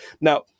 Now